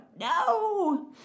no